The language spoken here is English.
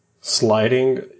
sliding